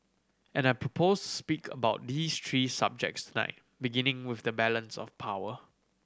and I propose speak about these three subjects tonight beginning with the balance of power